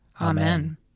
Amen